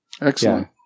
Excellent